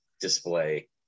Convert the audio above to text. display